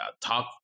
talk